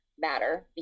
matter